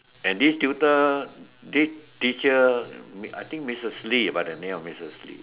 and this tutor this teacher I think Missus Lee by the name of Missus Lee